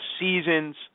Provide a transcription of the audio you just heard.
seasons